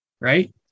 right